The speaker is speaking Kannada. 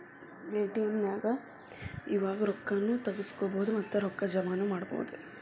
ಎ.ಟಿ.ಎಂ ನ್ಯಾಗ್ ಇವಾಗ ರೊಕ್ಕಾ ನು ತಗ್ಸ್ಕೊಬೊದು ಮತ್ತ ರೊಕ್ಕಾ ಜಮಾನು ಮಾಡ್ಬೊದು